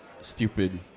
stupid